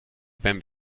ben